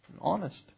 honest